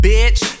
Bitch